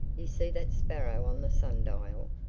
you see that sparrow on the sundial,